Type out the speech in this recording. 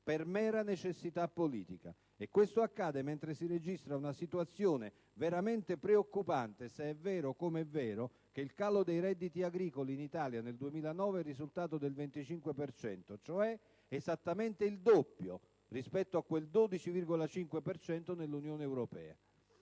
per mera necessità politica. E questo accade mentre si registra una situazione veramente preoccupante, se è vero come è vero che il calo dei redditi agricoli in Italia nel 2009 è risultato del 25 per cento, cioè esattamente il doppio rispetto al 12,5 per cento dell'Unione europea.